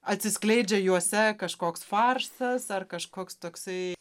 atsiskleidžia juose kažkoks farsas ar kažkoks toksai